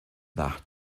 nach